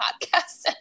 podcast